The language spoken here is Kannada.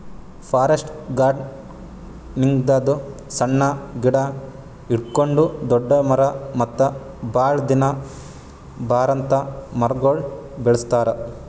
ಫಾರೆಸ್ಟ್ ಗಾರ್ಡನಿಂಗ್ದಾಗ್ ಸಣ್ಣ್ ಗಿಡ ಹಿಡ್ಕೊಂಡ್ ದೊಡ್ಡ್ ಮರ ಮತ್ತ್ ಭಾಳ್ ದಿನ ಬರಾಂತ್ ಮರಗೊಳ್ ಬೆಳಸ್ತಾರ್